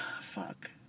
Fuck